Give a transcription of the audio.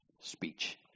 speech